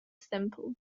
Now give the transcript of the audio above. simple